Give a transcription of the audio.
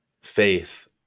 faith